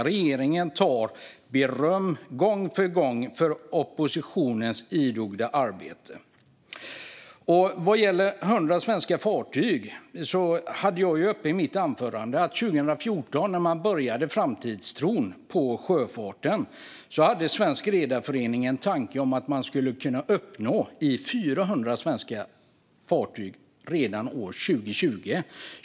Regeringen tar gång på gång beröm för oppositionens idoga arbete. Vad gäller 100 svenska fartyg tog jag upp i mitt anförande att Sveriges Redareförening hade en tanke 2014, när framtidstron på sjöfarten började dra igång, om att man skulle kunna uppnå 400 svenska fartyg redan år 2020.